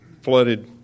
flooded